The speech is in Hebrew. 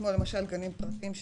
כמו גנים פרטיים,